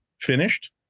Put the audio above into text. finished